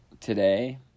today